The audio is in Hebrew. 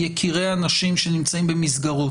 יקירי האנשים שנמצאים במסגרות.